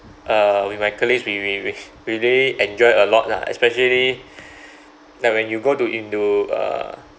uh with my colleagues we we we we really enjoy a lot lah especially like when you go to into uh